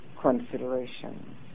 consideration